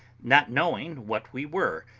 not knowing what we were,